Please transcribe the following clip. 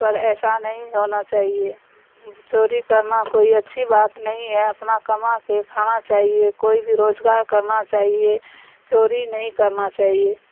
پر ایسا نہیں ہونا چاہیے چوری کرنا کوئی اچھی بات نہیں ہے اپنا کما کے کھانا چاہیے کوئی بھی روزگار کرنا چاہیے چوری نہیں کرنا چاہیے